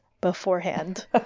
beforehand